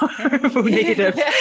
negative